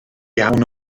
iawn